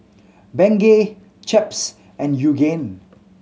Bengay Chaps and Yoogane